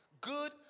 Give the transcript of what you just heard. good